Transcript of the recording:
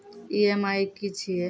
EMI की छिये?